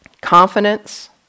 confidence